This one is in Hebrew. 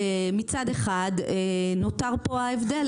מצד אחד נותר פה ההבדל,